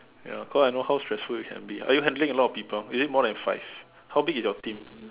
ya cause I know how stressful it can be are you handling a lot of people is it more than five how big is your team